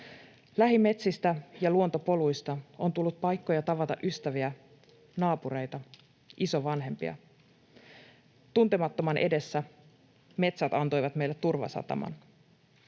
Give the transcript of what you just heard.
Lähimetsistä ja luontopoluista on tullut paikkoja tavata ystäviä, naapureita, isovanhempia. Tuntemattoman edessä metsät antoivat meille turvasataman.